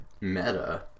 meta